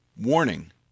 Warning